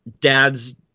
dad's